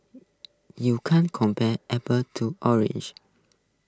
you can't compare apples to oranges